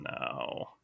No